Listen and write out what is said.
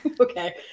Okay